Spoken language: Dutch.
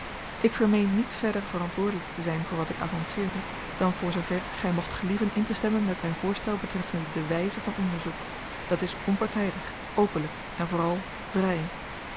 ik vermeen niet verder verantwoordelyk te zyn voor wat ik avanceerde dan voor zoover gy mocht gelieven intestemmen met myn voorstel betreffende de wyze van onderzoek dat is onpartydig openlyk en vooral vry